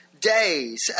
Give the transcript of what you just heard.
days